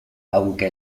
aunque